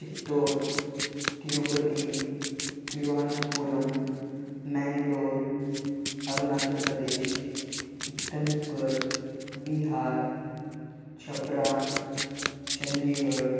Chittor Tirupati Thiruvananthapuram Mangalore Arunachal Pradesh Itanagar Bihar Chhapra Chandigarh